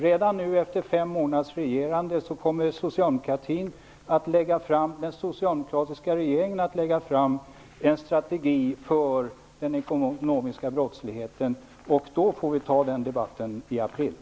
Redan nu, efter fem månaders regerande, kommer den socialdemokratiska regeringen att lägga fram en strategi för den ekonomiska brottsligheten. Vi får ta den debatten i april.